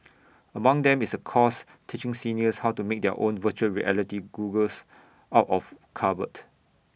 among them is A course teaching seniors how to make their own Virtual Reality goggles out of cardboard